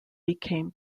became